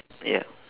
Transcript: ya